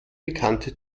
bekannte